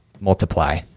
multiply